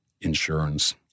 insurance